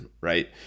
right